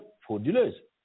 frauduleuse